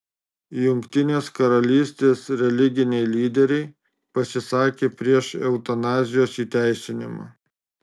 jungtinės karalystės religiniai lyderiai pasisakė prieš eutanazijos įteisinimą